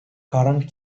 current